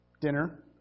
dinner